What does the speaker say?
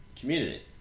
Community